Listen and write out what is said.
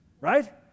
Right